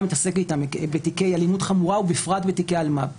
מתעסקת איתם בתיקי אלימות חמורה ובפרט בתיקי אלמ"ב.